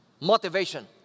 Motivation